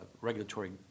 regulatory